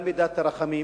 גם בין מידת הרחמים,